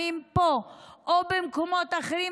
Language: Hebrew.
או במקומות אחרים,